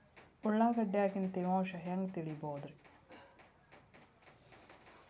ಉಳ್ಳಾಗಡ್ಯಾಗಿನ ತೇವಾಂಶ ಹ್ಯಾಂಗ್ ತಿಳಿಯೋದ್ರೇ?